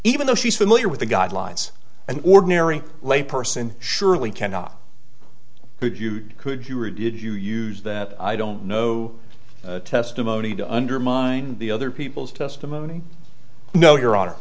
even though she's familiar with the guidelines and ordinary lay person surely cannot who viewed could you or did you use that i don't know testimony to undermine the other people's testimony no your honor